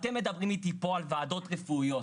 אתם מדברים איתי על וידות רפואיות,